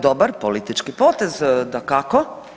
Dobar politički potez, dakako.